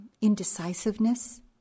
indecisiveness